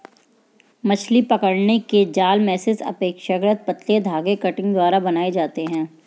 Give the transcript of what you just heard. मछली पकड़ने के जाल मेशेस अपेक्षाकृत पतले धागे कंटिंग द्वारा बनाये जाते है